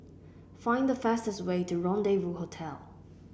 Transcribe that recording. find the fastest way to Rendezvous Hotel